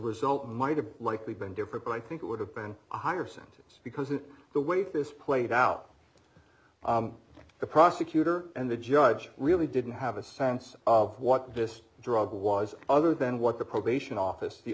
result might have likely been different i think it would have been a higher sentence because of the way this played out the prosecutor and the judge really didn't have a sense of what this drug was other than what the probation office the